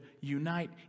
unite